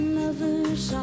lovers